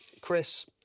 Chris